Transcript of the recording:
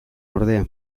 ordea